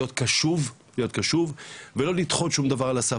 להיות קשוב ולא לדחות שום דבר על הסף,